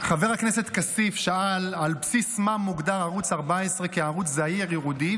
חבר הכנסת כסיף שאל על בסיס מה מוגדר ערוץ 14 כערוץ זעיר ייעודי,